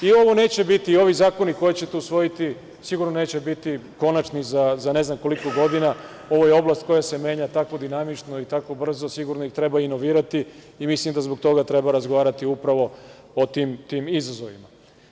Ovi zakoni koje ćete usvojiti sigurno neće biti konačni za ne znam koliko godina, ovo je oblast koja se menja tako dinamično i tako brzo, sigurno ih treba inovirati i mislim da zbog toga treba razgovarati upravo o tim izazovima.